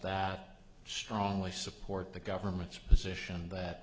that strongly support the government's position that